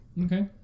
okay